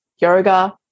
yoga